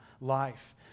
life